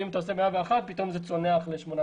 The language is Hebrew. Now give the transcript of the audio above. ואם אתה עושה 101 זה פתאום צונח ל-18,